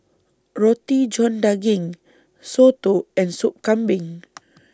Roti John Daging Soto and Sup Kambing